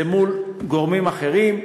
זה מול גורמים אחרים.